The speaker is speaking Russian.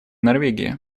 норвегии